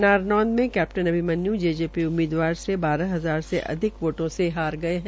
नारनौंद से कैप्टन अभिमन्यू जेजेपी उम्मीदवार से बाहर हजार से अधिक वोटों से हार गये है